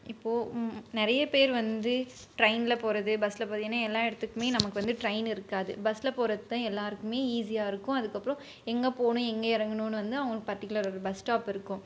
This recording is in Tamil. இப்போது நிறைய பேர் வந்து டிரெயின்ல போகிறது பஸ்ஸில் போகிறது ஏன்னா எல்லா இடத்துக்குமே நமக்கு வந்து ட்ரெயின் இருக்காது பஸ்ஸில் போகிறது தான் எல்லோருக்குமே ஈஸியாக இருக்கும் அதுக்கு அப்றம் எங்கே போகணும் எங்கே இறங்கணுன்னு வந்து அவங்களுக்கு பர்ட்டிகுலர் ஒரு பஸ் ஸ்டாப் இருக்கும்